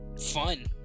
fun